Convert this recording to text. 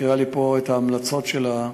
את מקריאה לי פה את ההמלצות שלה,